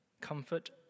Comfort